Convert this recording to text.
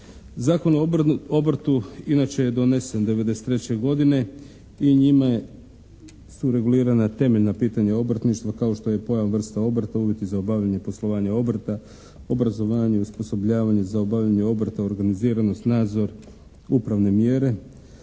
Zakon o obrtu inače je donesen 1993. godine i njime su regulirana temeljna pitanja obrtništva kao što je pojam i vrsta obrta, uvjeti za obavljanje poslovanja obrta, obrazovanje, osposobljavanje za obavljanje obrta, organiziranost, nadzor, upravne mjere.